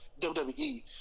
WWE